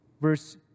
verse